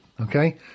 okay